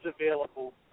available